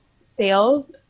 sales